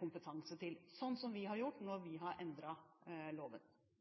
kompetanse til, slik vi har gjort, når vi har endret loven.